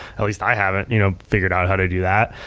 at least i haven't you know figured out how to do that,